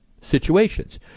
situations